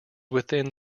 within